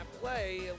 play